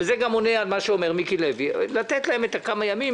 זה גם עונה על מה שאומר מיקי לוי שמבקש לתת להם כמה ימים.